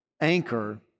anchor